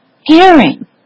Hearing